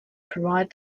provide